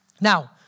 Now